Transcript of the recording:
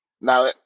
Now